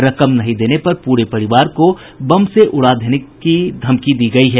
रकम नहीं देने पर पूरे परिवार को बम से उड़ा देने की धमकी दी गयी है